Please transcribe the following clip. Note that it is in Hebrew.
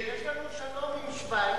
יש לנו שלום עם שווייץ,